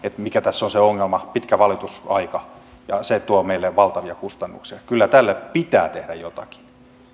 mikä tässä on se ongelma pitkä valitusaika ja se tuo meille valtavia kustannuksia kyllä tälle pitää tehdä jotakin